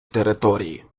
території